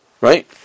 right